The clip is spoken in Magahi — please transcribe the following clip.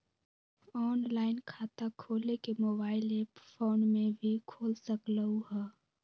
ऑनलाइन खाता खोले के मोबाइल ऐप फोन में भी खोल सकलहु ह?